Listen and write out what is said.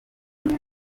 rwego